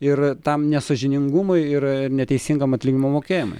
ir tam nesąžiningumui ir neteisingam atlyginimų mokėjimui